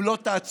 אם לא תעצרו,